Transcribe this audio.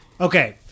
Okay